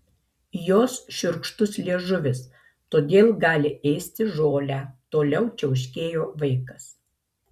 jos šiurkštus liežuvis todėl gali ėsti žolę toliau čiauškėjo vaikas